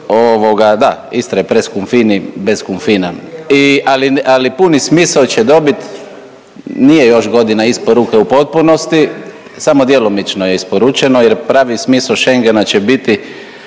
da Istra je …/Govornik se ne razumije./… i ali puni smisao će dobiti nije još godina isporuke u potpunosti, samo djelomično je isporučeno jer pravi smisao Schengena će biti